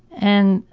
and,